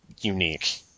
unique